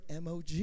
MOG